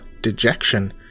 dejection